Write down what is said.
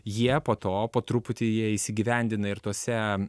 jie po to po truputį jie įsigyvendina ir tose